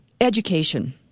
education